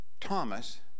Thomas